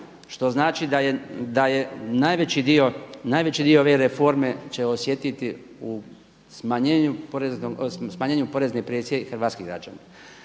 što znači da je najveći dio ove reforme će osjetiti u smanjenju porezne presije hrvatskih građana.